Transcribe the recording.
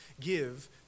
give